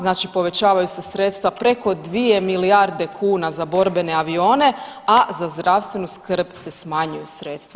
Znači povećavaju se sredstva preko 2 milijarde kuna za borbene avione, a za zdravstvenu skrb se smanjuju sredstva.